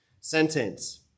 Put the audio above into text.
sentence